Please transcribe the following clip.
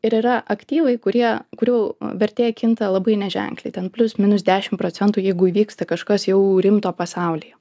ir yra aktyvai kurie kurių vertė kinta labai neženkliai ten plius minus dešim procentų jeigu įvyksta kažkas jau rimto pasaulyje